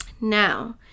Now